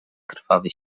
krwawy